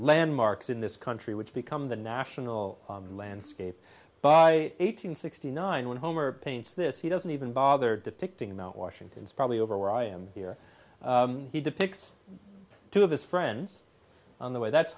landmarks in this country which become the national landscape by eight hundred sixty nine when homer paints this he doesn't even bother depicting mount washington it's probably over where i am here he depicts two of his friends on the way that's